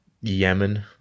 Yemen